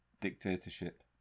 dictatorship